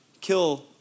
kill